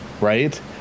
right